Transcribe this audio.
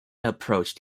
approached